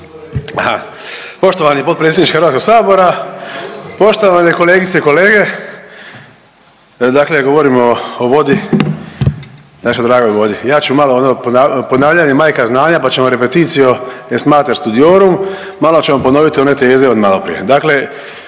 Poštovani potpredsjedniče HS, poštovane kolegice i kolege, dakle govorimo o vodi, našoj dragoj vodi. Ja ću malo ono ponavljanje je majka znanja, pa ćemo „repetitio est mater studiorum“, malo ćemo ponoviti one teze od maloprije. Dakle